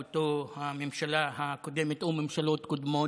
הממשלה הקודמת הייתה מביאה אותו או ממשלות קודמות,